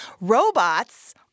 Robots